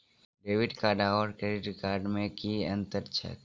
Debit card आओर credit card मे की अन्तर छैक?